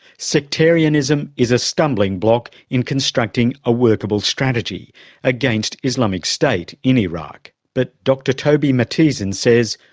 sectarianism is a stumbling block in constructing a workable strategy against islamic state in iraq. but dr toby matthiesen says,